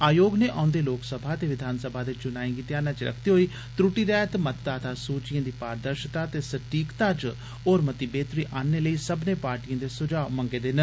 आयोग नै औंदे लोक सभा ते विघानसभाएं दे चुनाएं गी ध्यानै च रखदे होई त्रुटी रैहत मतदाता सूचिएं दी पारदर्शता ते सटीकता च होर मती बेहतरी आनने लेई सब्बने पार्टियें दे सुझाव मंगें न